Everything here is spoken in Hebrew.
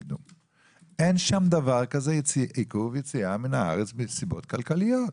אין שם דבר כזה עיכוב יציאה מהארץ בנסיבות כלכליות.